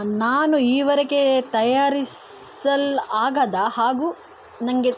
ನಾನು ಈವರೆಗೆ ತಯಾರಿಸಲು ಆಗದ ಹಾಗೂ ನನಗೆ